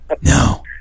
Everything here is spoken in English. No